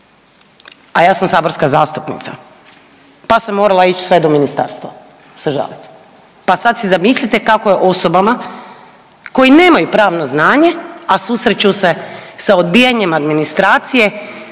a ja sam saborska zastupnica pa sam morala ić sve do ministarstva se žalit. Pa sad si zamislite kako je osobama koje nemaju pravno znanje, a susreću se sa odbijanjem administracije